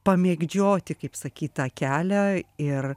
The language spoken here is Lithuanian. pamėgdžioti kaip sakyt tą kelią ir